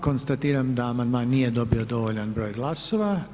Konstatiram da amandman nije dobio dovoljan broj glasova.